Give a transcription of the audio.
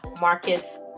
Marcus